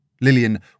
Lillian